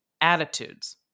attitudes